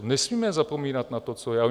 Nesmíme zapomínat na to, co je.